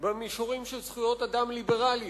ובמישורים של זכויות אדם ליברליות.